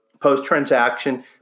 post-transaction